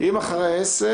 אם זה אחרי 10:00,